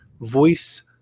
voice